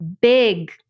big